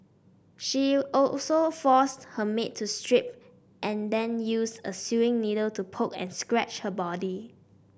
she also forced her maid to strip and then use a sewing needle to poke and scratch her body